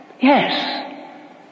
Yes